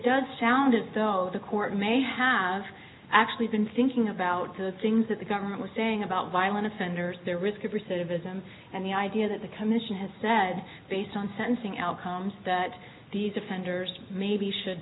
does sound as though the court may have actually been thinking about the things that the government was saying about violent offenders the risk of recidivism and the idea that the commission has said based on sentencing outcomes that these offenders maybe should